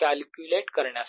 calculate करण्यासाठी